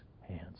hands